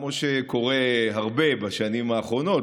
כמו שקורה הרבה בשנים האחרונות,